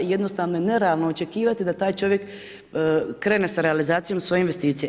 I jednostavno je nerealno očekivati da taj čovjek krene sa realizacijom svoje investicije.